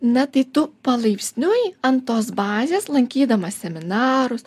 na tai tu palaipsniui ant tos bazės lankydama seminarus